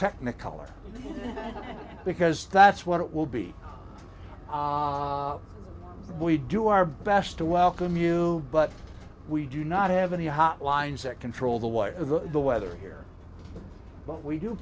technicolor because that's what it will be we do our best to welcome you but we do not have any hotlines that control the way of the weather here but we do